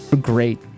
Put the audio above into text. great